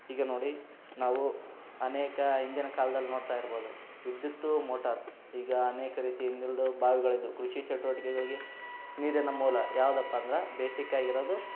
ಈಗ ನೋಡಿ ನಾವು ಅನೇಕ ಇಂದಿನ ಕಾಲ್ದಲ್ಲಿ ನೋಡ್ತಾ ಇರ್ಬೋದು ವಿದ್ಯುತ್ತು ಮೋಟಾರ್ ಈಗ ಅನೇಕ ರೀತಿ ಹಿಂದಲ್ದೂ ಬಾವಿಗಳಿದ್ದವು ಕೃಷಿ ಚಟುವಟಿಕೆಗಳಿಗೆ ನೀರಿನ ಮೂಲ ಯಾವುದಪ್ಪ ಅಂದ್ರೆ ಬೇಸಿಕ್ ಆಗಿರೋದು